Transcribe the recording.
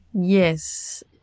Yes